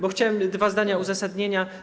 Bo chciałem dwa zdania uzasadnienia.